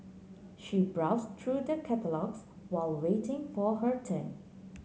she browse through the catalogues while waiting for her turn